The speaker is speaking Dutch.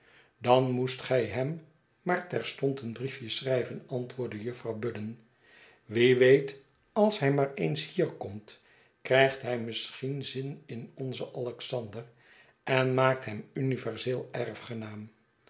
dan moest gij hem maar terstond een briefje schrijven antwoordde jufvrouw budden wie weet als hij maar eens hier komt krijgt hij misschien zin in onzen alexander en maakt hem uniyerseel